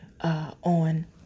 On